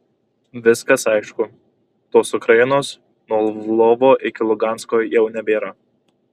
viskas aišku tos ukrainos nuo lvovo iki lugansko jau nebėra